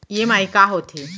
EMI का होथे?